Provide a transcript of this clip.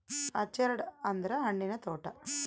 orchard ಅಂದ್ರ ಹಣ್ಣಿನ ತೋಟ